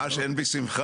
ממש אין בי שמחה.